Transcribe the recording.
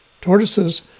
Tortoises